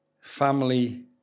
family